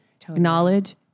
Acknowledge